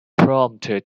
prompted